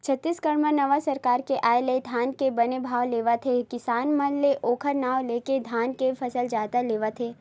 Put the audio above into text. छत्तीसगढ़ म नवा सरकार के आय ले धान के बने भाव लेवत हे किसान मन ले ओखर नांव लेके धान के फसल जादा लेवत हे